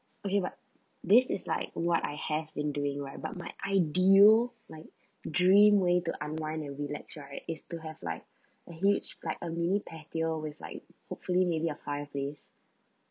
okay but this is like what I have been doing right but my ideal like dream way to unwind and relax right is to have like a huge like a mini patio with like hopefully maybe a fireplace